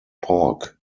pork